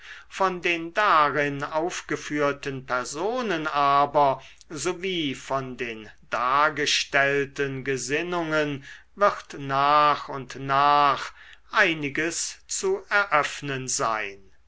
von den darin aufgeführten personen aber sowie von den dargestellten gesinnungen wird nach und nach einiges zu eröffnen sein